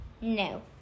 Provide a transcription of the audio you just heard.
No